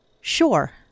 Sure